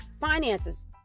finances